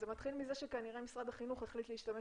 זה מתחיל מזה שכנראה משרד החינוך החליט להשתמש